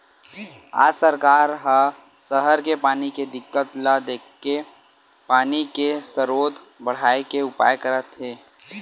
आज सरकार ह सहर के पानी के दिक्कत ल देखके पानी के सरोत बड़हाए के उपाय करत हे